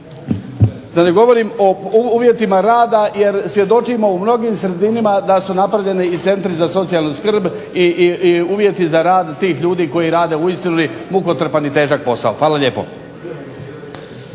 o povoljnim uvjetima rada jer svjedočimo u mnogim sredinama da su napravljeni i centri za socijalnu skrb i uvjeti za rad tih ljudi koji rade uistinu mukotrpan i težak posao. Hvala lijepo.